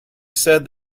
said